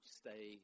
stay